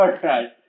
Okay